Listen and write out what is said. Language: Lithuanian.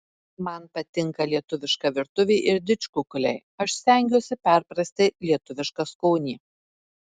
man patinka lietuviška virtuvė ir didžkukuliai aš stengiuosi perprasti lietuvišką skonį